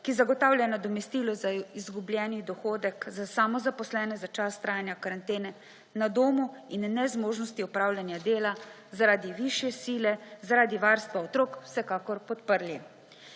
ki zagotavlja nadomestilo za izgubljeni dohodek za samozaposlene za čas trajanja karantene na domu in nezmožnosti opravljanja dela zaradi višje sile, zaradi varstva otrok vsekakor podprli.